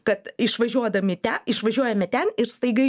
kad išvažiuodami ten išvažiuojame ten ir staiga